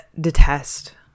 detest